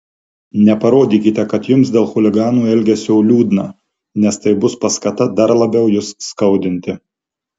neparodykite kad jums dėl chuliganų elgesio liūdna nes tai bus paskata dar labiau jus skaudinti